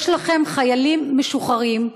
יש לכם חיילים משוחררים,